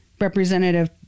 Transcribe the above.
Representative